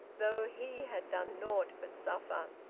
though he had done nought but suffer,